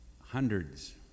hundreds